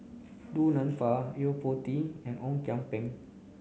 Du Nanfa Yo Po Tee and Ong Kian Peng